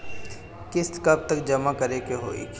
किस्त कब तक जमा करें के होखी?